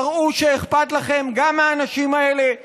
תראו שאכפת לכם גם מהאנשים האלה שבונים,